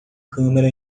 câmera